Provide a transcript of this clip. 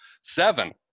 seven